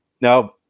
Now